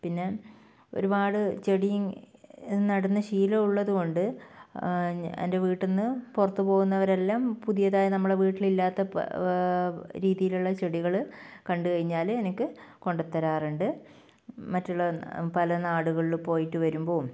പിന്നെ ഒരുപാട് ചെടി നടുന്ന ശീലമുള്ളതുകൊണ്ട് എൻ്റെ വീട്ടിൽനിന്ന് പുറത്തു പോകുന്നവരെല്ലാം പുതിയതായി നമ്മുടെ വീട്ടിൽ ഇല്ലാത്ത രീതിയിലുള്ള ചെടികൾ കണ്ടുകഴിഞ്ഞാൽ എനിക്ക് കൊണ്ട് തരാറുണ്ട് മറ്റുള്ള പല നാടുകളിൽ പോയിട്ട് വരുമ്പോൾ